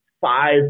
five